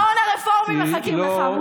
במעון הרפורמי מחכים לך.